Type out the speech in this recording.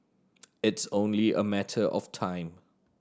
it's only a matter of time